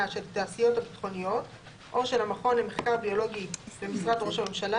של התעשיות הביטחוניות או של המכון למחקר ביולוגי במשרד ראש הממשלה,